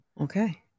Okay